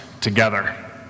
together